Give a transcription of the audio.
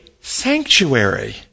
sanctuary